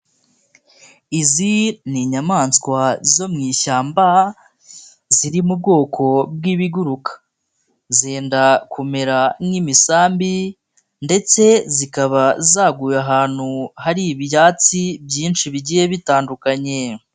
Izi ni inyamaswa zo mu ishyamba ziri mu ubwoko bw'ibiguruka, zenda kumera nk'imisambi ndetse zikaba zaguye ahantu hari ibyatsi byinshi bigiye bitandukanye.